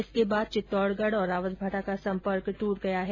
इसके बाद चित्तौडगढ़ रावतभाटा का संपर्क टूट गया है